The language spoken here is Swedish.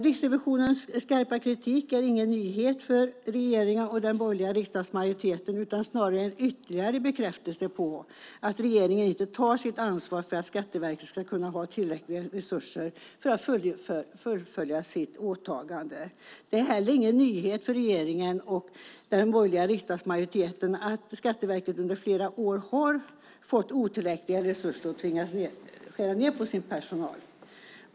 Riksrevisionens skarpa kritik är ingen nyhet för regeringen och den borgerliga riksdagsmajoriteten, utan den är snarare ytterligare en bekräftelse på att regeringen inte tar sitt ansvar för att Skatteverket ska kunna ha tillräckliga resurser för att fullfölja sitt åtagande. Det är heller ingen nyhet för regeringen och den borgerliga riksdagsmajoriteten att Skatteverket under flera år har fått otillräckliga resurser och tvingats skära ned på sin personal.